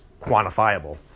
quantifiable